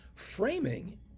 Framing